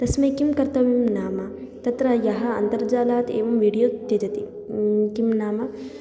तस्मै किं कर्तव्यं नाम तत्र यः अन्तर्जालात् एवं विडियो त्यजति किं नाम